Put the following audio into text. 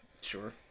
sure